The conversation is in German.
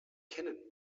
kennen